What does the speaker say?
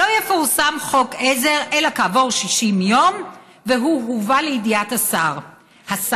לא יפורסם חוק עזר אלא כעבור 60 יום מהיום שהוא הובא לידיעת השר.